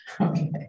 Okay